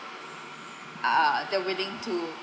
uh they are willing to